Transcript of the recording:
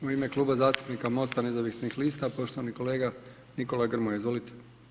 U ime Kluba zastupnik MOSTA nezavisnih lista poštovani kolega Nikola Grmoja, izvolite.